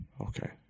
Okay